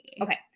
Okay